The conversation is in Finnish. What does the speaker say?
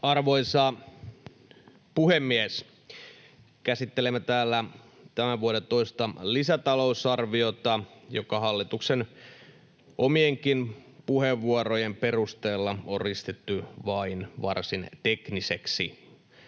Arvoisa puhemies! Käsittelemme täällä tämän vuoden toista lisätalousarviota, joka hallituksen omienkin puheenvuorojen perusteella on ristitty vain varsin tekniseksi